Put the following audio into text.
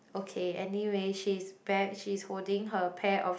okay anyway she's back she is holding her pair of